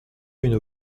une